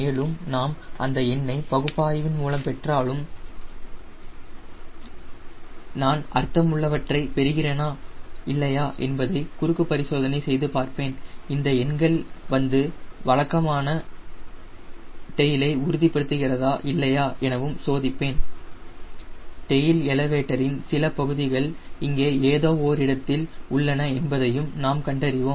மேலும் நாம் எந்த எண்ணை பகுப்பாய்வின் மூலம் பெற்றாலும் நான் அர்த்தம் உள்ளவற்றை பெறுகிறேனா இல்லையா என்பதை குறுக்கு பரிசோதனை செய்து பார்ப்பேன் இந்த எண்கள் வந்து வழக்கமான டெயிலை உறுதிப்படுத்துகிறதா இல்லையா எனவும் சோதிப்பேன் டெய்ல் எலிவேடரின் சில பகுதிகள் இங்கே ஏதோ ஒரு இடத்தில் உள்ளன என்பதையும் நாம் கண்டறிவோம்